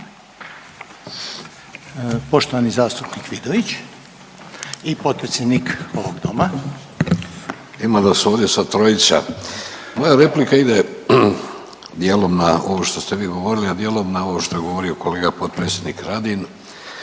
Poštovani zastupnik Vidović i potpredsjednik ovog doma. **Vidović, Davorko (Socijaldemokrati)** Ima nas ovdje sad trojica. Moja replika ide dijelom na ovo što ste vi govorili, a dijelom na ovo što je govorio kolega podpredsjednik Radin.